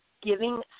giving